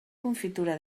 confitura